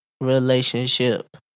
relationship